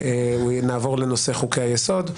נעבור לנושא חוקי היסוד.